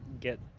get